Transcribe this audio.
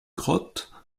grotte